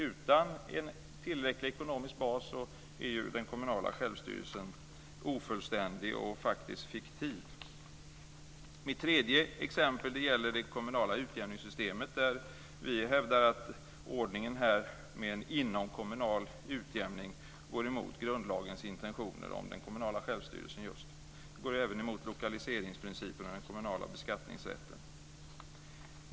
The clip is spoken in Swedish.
Utan en tillräcklig ekonomisk bas är den kommunala självstyrelsen ofullständig och faktisk fiktiv. Mitt tredje exempel gäller det kommunala utjämningssystemet, där vi hävdar att ordningen med en inomkommunal utjämning går emot grundlagens intentioner om den kommunala självstyrelsen. Det går även emot lokaliseringsprincipen och den kommunala beskattningsrätten.